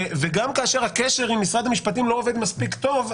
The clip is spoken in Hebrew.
וגם כאשר הקשר עם משרד המשפטים לא עובד מספיק טוב,